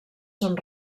són